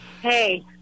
Hey